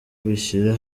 bishyira